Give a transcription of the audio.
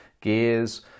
gears